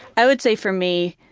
i would say for me